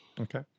Okay